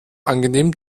angenehm